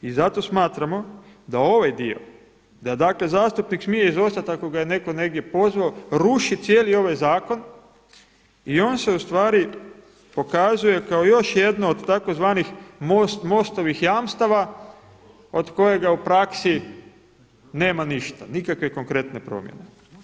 I zato smatramo da ovaj dio, da dakle zastupnik smije izostati ako ga je netko negdje pozvao, rušiti cijeli ovaj zakon i on se ustvari pokazuje kao još jedno od tzv. MOST-ovih jamstava od kojega u praksi nema ništa, nikakve konkretne promjene.